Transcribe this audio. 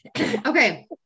Okay